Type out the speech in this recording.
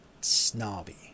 snobby